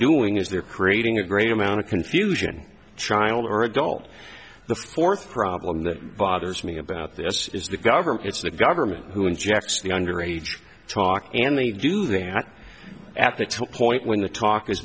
doing is they're creating a great amount of confusion child or adult the fourth problem that bothers me about this is the government it's the government who injects the under age talk and they do they had at the top point when the talk